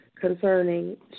concerning